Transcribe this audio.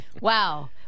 Wow